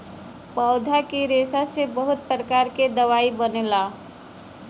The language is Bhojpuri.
पौधा क रेशा से बहुत प्रकार क दवाई बनला